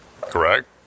correct